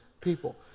people